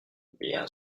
bien